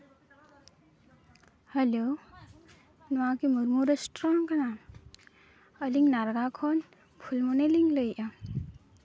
hello ᱱᱚᱣᱟ ᱠᱤ ᱢᱩᱨᱢᱩ ᱨᱮᱥᱴᱩᱨᱮᱱᱴ ᱠᱟᱱᱟ ᱟᱹᱞᱤᱧ ᱱᱟᱲᱜᱟ ᱠᱷᱚᱱ ᱯᱷᱩᱞᱢᱚᱱᱤ ᱞᱤᱧ ᱞᱮᱭᱮᱜᱼᱟ